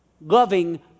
loving